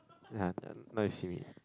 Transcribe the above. yeah now you see me